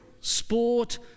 sport